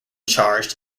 charged